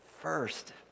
first